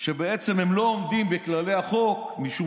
שבעצם הם לא עומדים בכללי החוק משום